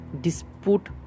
dispute